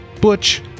Butch